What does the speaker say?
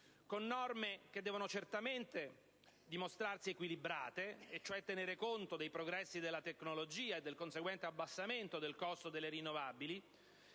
con norme che devono certamente dimostrarsi equilibrate, che tengano conto dei progressi della tecnologia e del conseguente abbassamento del costo delle rinnovabili,